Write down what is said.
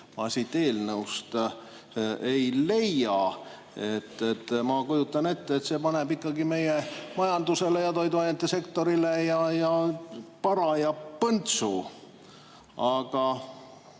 ma siit ei leia. Ma kujutan ette, et see paneb ikkagi meie majandusele ja toiduainesektorile paraja põntsu. Aga